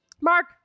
Mark